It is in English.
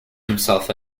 himself